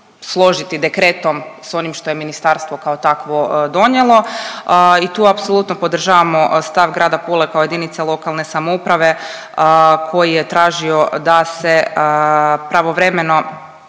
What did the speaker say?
složiti dekretom, s onim što je ministarstvo kao takvo donijelo i tu apsolutno podržavamo stav grada Pule kao JLS koji je tražio da se pravovremeno